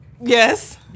Yes